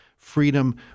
freedom